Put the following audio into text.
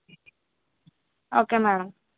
okay madam